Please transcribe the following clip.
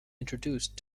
introduced